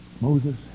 Moses